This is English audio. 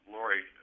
Lori